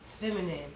Feminine